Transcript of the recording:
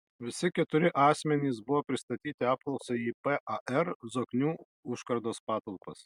visi keturi asmenys buvo pristatyti apklausai į par zoknių užkardos patalpas